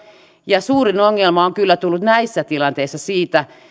ja suurin ongelma on kyllä tullut näissä tilanteissa siitä